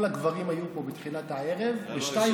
כל הגברים היו פה בתחילת הערב וב-02:00,